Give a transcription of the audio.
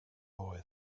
boy